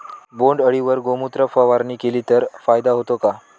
बोंडअळीवर गोमूत्र फवारणी केली तर फायदा होतो का?